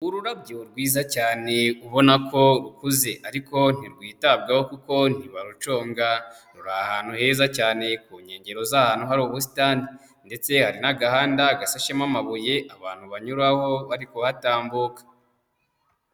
Ururabyo rwiza cyane ubona ko rukuze, ariko ntirwitabwaho kuko ntibaruconga, ruri ahantu heza cyane ku nkengero z'ahantu hari ubusitani ndetse hari n'agahanda gasashemo amabuye abantu banyuraho bari kuhatambuka.